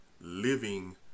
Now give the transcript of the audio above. living